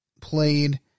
played